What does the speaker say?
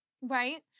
Right